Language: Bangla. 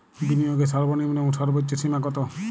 বিনিয়োগের সর্বনিম্ন এবং সর্বোচ্চ সীমা কত?